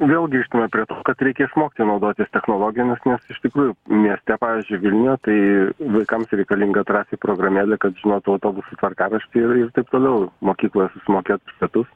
vėl grįžtame prie to kad reikia išmokti naudotis technologijomis nes iš tikrųjų mieste pavyzdžiui vilniuje tai vaikams reikalinga trafi programėlė kad žinotų autobuso tvarkaraštį ir taip toliau mokykloj susimokėt pietus